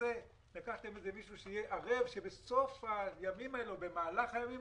לקחתם מישהו שיהיה ערב שבסוף הימים האלה או במהלך הימים